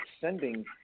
sending